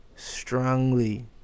strongly